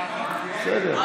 משה ארבל,